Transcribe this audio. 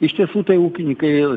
iš tiesų tai ūkininkai